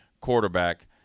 quarterback